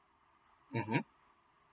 (uh huh)